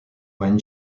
when